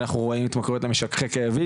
אנחנו רואים התמכרויות למשככי כאבים.